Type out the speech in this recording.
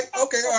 okay